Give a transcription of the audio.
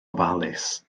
ofalus